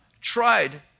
tried